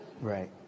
Right